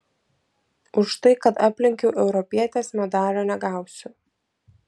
už tai kad aplenkiau europietes medalio negausiu